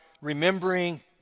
remembering